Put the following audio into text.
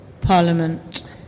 Parliament